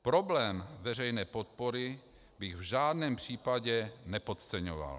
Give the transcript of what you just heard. Problém veřejné podpory bych v žádném případě nepodceňoval.